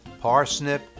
parsnip